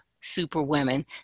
Superwomen